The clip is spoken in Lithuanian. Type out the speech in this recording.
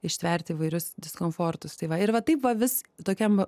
ištverti įvairius diskomfortus tai va ir va taip va vis tokiam